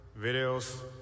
videos